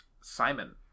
Simon